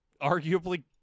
arguably